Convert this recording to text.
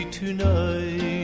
tonight